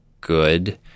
good